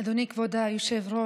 אדוני כבוד היושב-ראש,